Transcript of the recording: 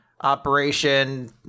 Operation